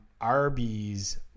Arby's